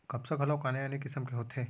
कपसा घलोक आने आने किसिम के होथे